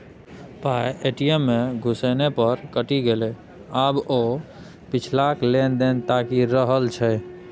पाय ए.टी.एम मे घुसेने पर कटि गेलै आब ओ पिछलका लेन देन ताकि रहल छै